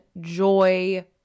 joy